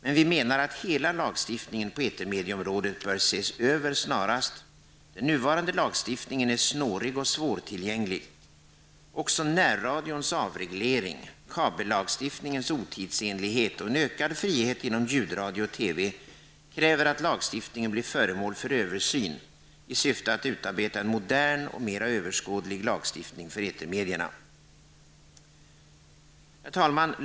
Vi menar dock att hela lagstiftningen på etermedieområdet bör ses över snarast. Den nuvarande lagstiftningen är snårig och svårtillgänglig. Också närradions avreglering, kabellagstiftningens otidsenlighet och en ökad frihet inom ljudradio och TV kräver att lagstiftningen blir föremål för översyn i syfte att utarbeta en modern och mera överskådlig lagstiftning för etermedierna. Herr talman!